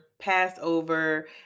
Passover